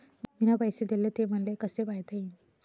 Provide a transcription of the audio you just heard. मिन पैसे देले, ते मले कसे पायता येईन?